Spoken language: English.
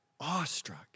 awestruck